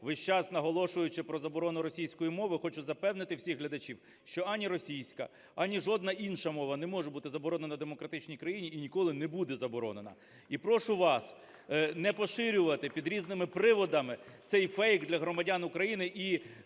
весь час наголошуючи про заборону російської мови. Хочу запевнити всіх глядачів, що ані російська, ані жодна інша мова не може бути заборонена в демократичній країні і ніколи не буде заборонена. І прошу вас не поширювати під різними приводами цей фейк для громадян України